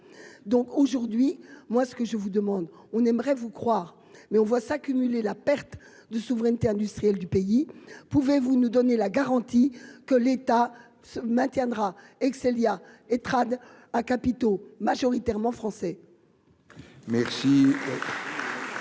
donc aujourd'hui, moi ce que je vous demande, on aimerait vous croire, mais on voit s'accumuler la perte de souveraineté industrielle du pays, pouvez-vous nous donner la garantie que l'État se maintiendra, ex-Elia et Trade à capitaux majoritairement français.